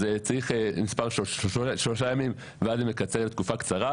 אז צריך שלושה ימים ואז זה מקצר לתקופה קצרה,